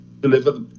deliver